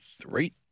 Three